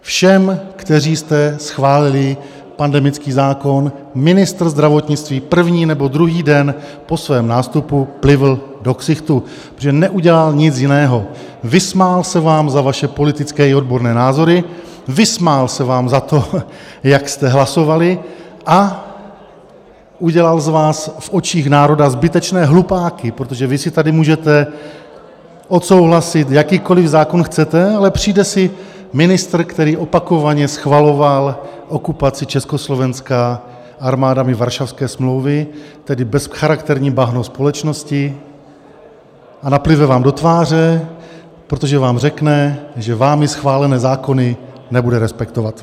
Všem, kteří jste schválili pandemický zákon, ministr zdravotnictví první nebo druhý den po svém nástupu plivl do ksichtu, že neudělat nic jiného, vysmál se vám za vaše politické i odborné názory, vysmál se vám za to, jak jste hlasovali, a udělal z vás v očích národa zbytečné hlupáky, protože vy si tady můžete odsouhlasit, jakýkoliv zákon chcete, ale přijde si ministr, který opakovaně schvaloval okupaci Československa armádami Varšavské smlouvy, tedy bezcharakterní bahno společnosti, a naplive vám do tváře, protože vám řekne, že vámi schválené zákony nebude respektovat.